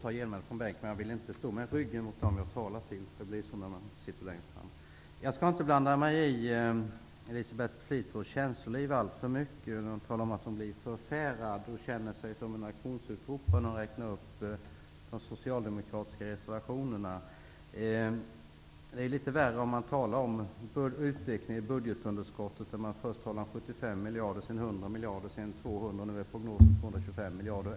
Herr talman! Jag skall inte blanda mig i Elisabeth Fleetwoods känsloliv alltför mycket, men hon talade om att hon blir förfärad och känner sig som en aktionsutropare när hon räknar upp de socialdemokratiska reservationerna. Det är litet värre om man talar om utvecklingen av budgetunderskottet. Där talade man först om 75 miljarder, sedan 100 miljarder, och nu är prognosen 225 miljarder.